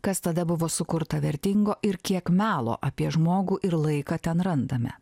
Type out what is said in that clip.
kas tada buvo sukurta vertingo ir kiek melo apie žmogų ir laiką ten randame